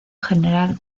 general